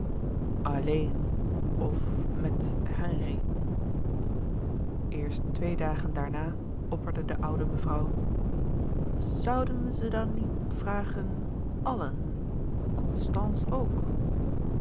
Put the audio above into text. alleen of met henri eerst twee dagen daarna opperde de oude mevrouw zouden wij ze dan niet vragen allen constance ook